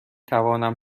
توانم